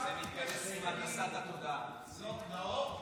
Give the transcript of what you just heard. תפילה לחזרתם הקרובה של כל החטופים